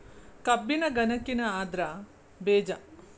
ಕಬ್ಬಿನ ಗನಕಿನ ಅದ್ರ ಬೇಜಾ